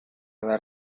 dar